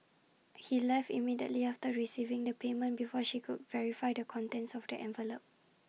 he left immediately after receiving the payment before she could verify the contents of the envelope